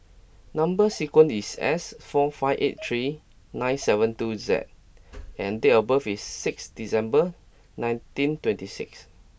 number sequence is S four five eight three nine seven two Z and date of birth is six December nineteen twenty six